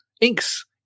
Inks